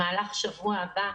במהלך השבוע הבא,